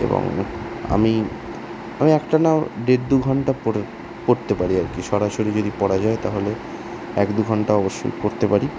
এবং আমি আমি একটানা দেড় দু ঘন্টা পড়ে পড়তে পারি আর কি সরাসরি যদি পড়া যায় তাহলে এক দু ঘন্টা অবশ্যই পড়তে পারি